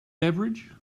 beverage